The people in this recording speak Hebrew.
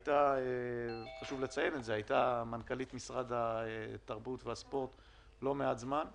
שחשוב לציין שהייתה מנכ"לית משרד התרבות והספורט לא מעט זמן.